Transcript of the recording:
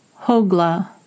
Hogla